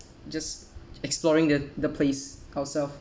just exploring the the place ourselves